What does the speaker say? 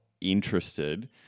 interested